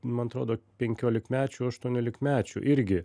man atrodo penkiolikmečių aštuoniolikmečių irgi